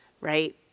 Right